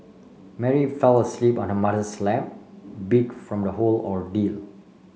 Mary fell asleep on her mother's lap beat from the whole ordeal